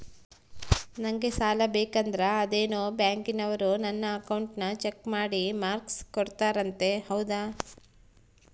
ನಂಗೆ ಸಾಲ ಸಿಗಬೇಕಂದರ ಅದೇನೋ ಬ್ಯಾಂಕನವರು ನನ್ನ ಅಕೌಂಟನ್ನ ಚೆಕ್ ಮಾಡಿ ಮಾರ್ಕ್ಸ್ ಕೋಡ್ತಾರಂತೆ ಹೌದಾ?